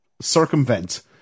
circumvent